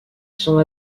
sont